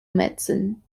medicine